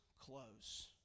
close